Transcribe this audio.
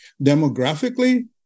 demographically